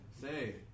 say